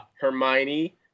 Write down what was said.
Hermione